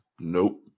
Nope